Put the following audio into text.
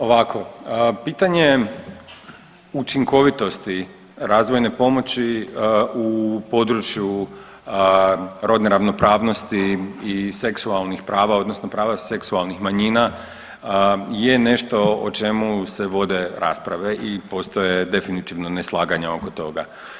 Ovako, pitanje učinkovitosti razvojne pomoći u području rodne ravnopravnosti i seksualnih prava odnosno prava seksualnih manjina je nešto o čemu se vode rasprave i postoje definitivno neslaganja oko toga.